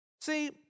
See